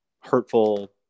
hurtful